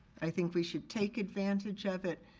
i think we should take advantage of it,